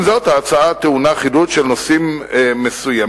עם זאת, ההצעה טעונה חידוד של נושאים מסוימים,